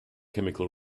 chemical